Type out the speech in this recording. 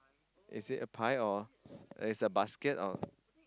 is it a pie or is a basket or